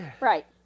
right